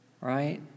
Right